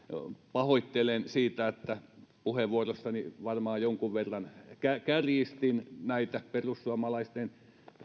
pahoittelen sitä että puheenvuorossani varmaan jonkun verran kärjistin näitä perussuomalaisten